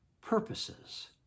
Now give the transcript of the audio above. purposes